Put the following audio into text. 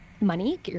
money